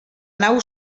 nau